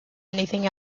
anything